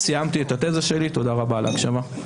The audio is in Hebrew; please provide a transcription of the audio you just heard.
סיימתי את התזה שלי, תודה רבה על ההקשבה.